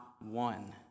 one